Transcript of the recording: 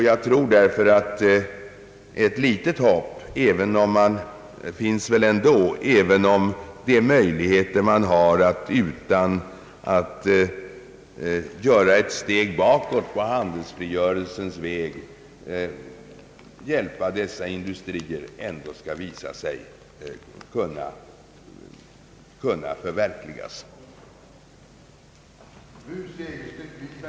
Jag tror därför att ett litet hopp finns att kunna hjälpa dessa industrier utan att behöva göra ett alltför stort avsteg från den handelsfrihetens väg som vi slagit in på och ämnar fortsätta.